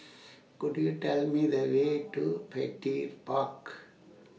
Could YOU Tell Me The Way to Petir Park